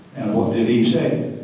what did he say?